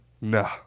No